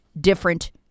different